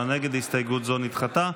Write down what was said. הסתייגות זו נדחתה.